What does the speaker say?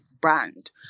brand